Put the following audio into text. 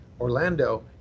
Orlando